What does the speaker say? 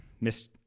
Miss